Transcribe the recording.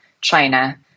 China